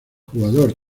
jugador